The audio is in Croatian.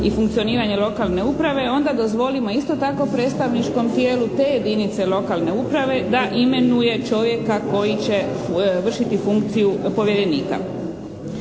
i funkcioniranje lokalne uprave onda dozvolimo isto tako predstavničkom tijelu te jedinice lokalne uprave da imenuje čovjeka koji će vršiti funkciju povjerenika.